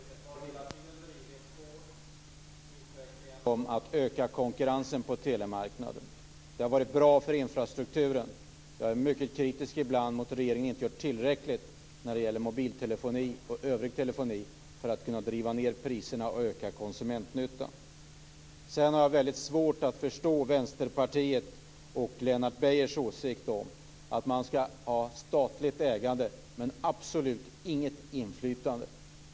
Fru talman! Jag har hela tiden drivit på utvecklingen när det gäller att öka konkurrensen på telemarknaden. Det har varit bra för infrastrukturen. Ibland är jag mycket kritisk mot att regeringen inte gör tillräckligt när det gäller mobiltelefoni och övrig telefoni för att driva ned priserna och öka konsumentnyttan. Jag har väldigt svårt att förstå Vänsterpartiet och Lennart Beijers åsikt att man skall ha statligt ägande men absolut inget inflytande.